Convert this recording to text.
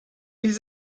ils